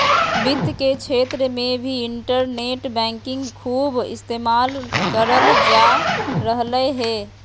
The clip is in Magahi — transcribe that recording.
वित्त के क्षेत्र मे भी इन्टरनेट बैंकिंग खूब इस्तेमाल करल जा रहलय हें